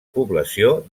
població